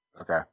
Okay